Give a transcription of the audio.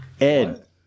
Ed